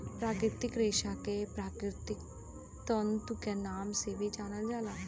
प्राकृतिक रेशा के प्राकृतिक तंतु के नाम से भी जानल जाला